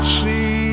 see